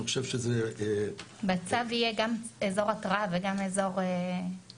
אני חושב שזה --- בצו יהיה גם אזור התראה וגם אזור הפרה?